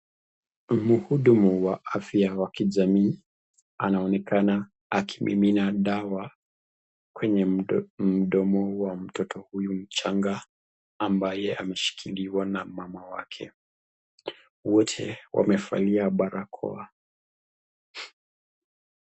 Mhudumu wa afya wakijamii anaonekana akimimina dawa kwenye mdomo wa mtoto huyu mchanga ambaye ameshikiliwa na mama wake. Wote wamevalia barakoa.